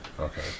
okay